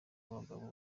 abagabo